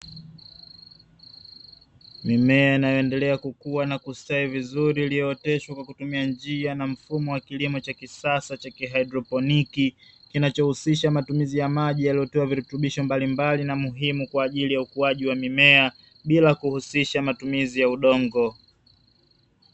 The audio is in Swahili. Mimea inayoendelea kukua na kustawi vizuri iliyooteshwa kwa kutumia njia na mfumo wa kilimo cha kisasa cha kihaidroponi kinachohusisha matumizi ya maji yaliyotiwa virutubisho mbalimbali na muhimu kwa ajili ya ukuaji wa mimea bila kuhusisha matumizi ya udongo.